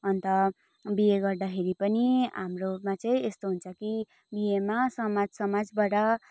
अन्त बिहे गर्दाखेरि पनि हाम्रोमा चाहिँ यस्तो हुन्छ कि बिहेमा समाज समाजबाट